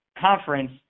conference